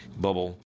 bubble